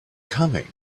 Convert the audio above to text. coming